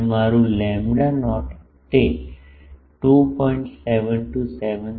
અને મારું lambda naught તે 2